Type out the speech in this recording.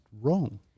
wrong